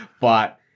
But-